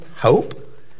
hope